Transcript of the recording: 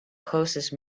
closest